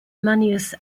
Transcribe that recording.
manius